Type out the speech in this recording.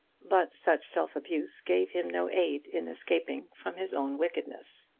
but such self-abuse gave him no aid in escaping from his own wickedness.